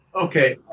Okay